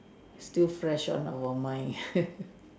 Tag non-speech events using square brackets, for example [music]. still fresh on our mind [laughs]